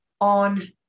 on